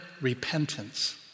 repentance